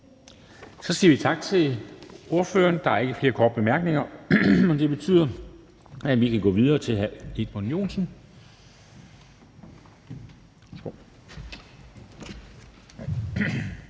Vi siger tak til ordføreren. Der er ikke flere korte bemærkninger. Det betyder, at vi kan gå videre til hr. Edmund Joensen.